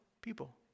people